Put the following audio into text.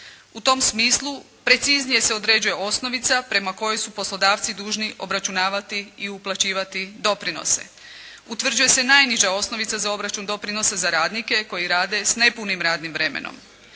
U tom smislu preciznije se određuje osnovica prema kojoj su poslodavci dužni obračunavati i uplaćivati doprinose. Utvrđuje se najniža osnovica za obračun doprinosa za radnike koji rade sa nepunim radnim vremenom.